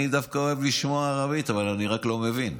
אני דווקא אוהב לשמוע ערבית, אבל אני רק לא מבין.